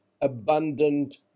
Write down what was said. abundant